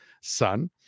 son